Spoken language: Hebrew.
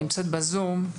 נמצאת בזום,